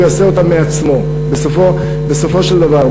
או שהממשלה לא תסכים ולא תרחיב והוא יעשה אותה מעצמו בסופו של דבר.